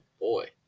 boy